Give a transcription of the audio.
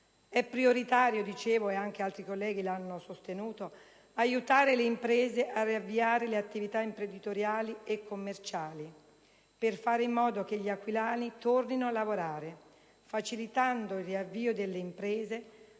È prioritario, dicevo, e anche altri colleghi lo hanno sostenuto, aiutare le imprese a riavviare le attività imprenditoriali e commerciali, per fare in modo che gli aquilani tornino a lavorare, facilitando il riavvio delle imprese,